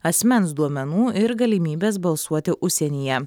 asmens duomenų ir galimybės balsuoti užsienyje